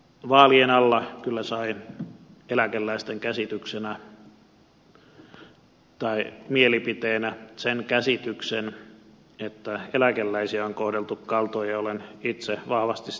vaalien alla kyllä sain eläkeläisten mielipiteenä sen käsityksen että eläkeläisiä on kohdeltu kaltoin ja olen itse vahvasti sitä mieltä